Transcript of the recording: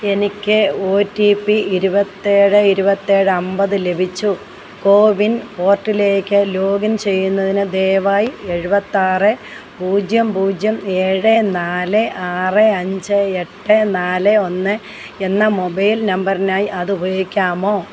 എനിക്ക് O T P ഇരുപത്തിയേഴ് ഇരുപത്തിയേഴ് അമ്പത് ലഭിച്ചു കോവിൻ പോർട്ടലിലേക്ക് ലോഗിൻ ചെയ്യുന്നതിന് ദയവായി എഴുപത്തിയാറ് പൂജ്യം പൂജ്യം ഏഴ് നാല് ആറ് അഞ്ച് എട്ട് നാല് ഒന്ന് എന്ന മൊബൈൽ നമ്പറിനായി അത് ഉപയോഗിക്കാമോ